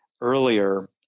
earlier